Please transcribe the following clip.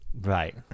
Right